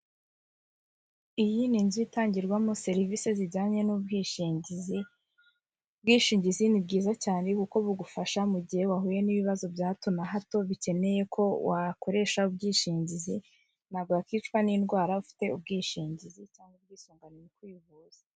Iyi ni inzu itangirwamo serivisi zijyanye n'ubwishingizi, ubwishingizi ni bwiza cyane kuko bugufasha mu gihe wahuye n'ibibazo bya hato na hato bikeneye ko wakoresha ubwishingizi ntabwokicwa n'indwara ufite ubwishingizi cyangwa ubwisungane mu kwivuza.